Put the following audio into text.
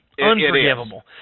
unforgivable